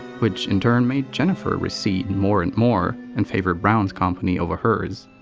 which, in turn, made jennifer recede more and more, and favor brown's company over hers.